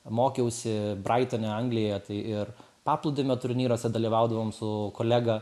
mokiausi braitone anglijoje tai ir paplūdimio turnyruose dalyvaudavom su kolega